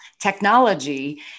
technology